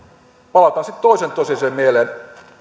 palautan sitten toisen tosiasian mieleen